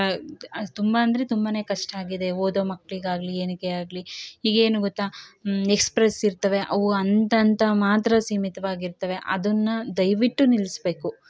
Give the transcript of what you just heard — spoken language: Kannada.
ಅದು ತುಂಬಾ ಅಂದರೆ ತುಂಬಾ ಕಷ್ಟ ಆಗಿದೆ ಓದೋ ಮಕ್ಕಳಿಗಾಗ್ಲಿ ಏನಕ್ಕೆ ಆಗಲಿ ಈಗ ಏನು ಗೊತ್ತ ಎಕ್ಸ್ಪ್ರೆಸ್ ಇರ್ತವೆ ಅವು ಅಂತಂತ ಮಾತ್ರ ಸೀಮಿತವಾಗಿರ್ತವೆ ಅದನ್ನ ದಯವಿಟ್ಟು ನಿಲ್ಲಿಸ್ಬೇಕು